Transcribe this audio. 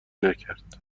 نکرد